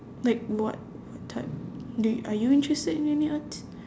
like what what type do y~ are you interested in any arts